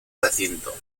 recinto